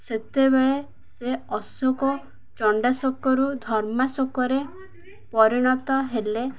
ସେତେବେଳେ ସେ ଅଶୋକ ଚଣ୍ଡାଶୋକରୁ ଧର୍ମାଶୋକରେ ପରିଣତ ହେଲେ